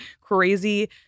crazy